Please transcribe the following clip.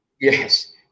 yes